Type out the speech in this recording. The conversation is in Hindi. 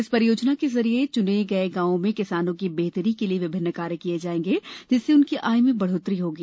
इस परियोजना के जरिए चुने गए गांव में किसानों की बेहतरी के लिए विभिन्न कार्य किए जाएंगे जिससे उनकी आय में बढ़ोतरी होगी